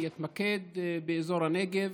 אני אתמקד באזור הנגב,